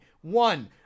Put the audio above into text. One